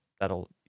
that'll